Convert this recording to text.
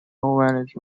village